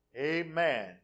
Amen